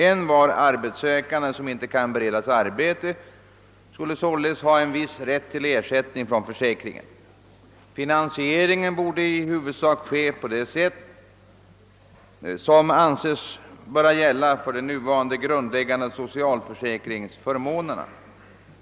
Envar arbetssökande som inte kan beredas arbete skulle således ha en viss rätt till ersättning från försäkringen. Finansieringen borde i huvudsak ske på det sätt som anses böra gälla för de nuvarande grundläggande socialförsäkringsförmånerna.